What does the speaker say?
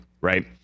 right